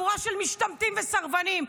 חבורה של משתמטים וסרבנים,